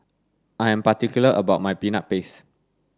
I am particular about my peanut paste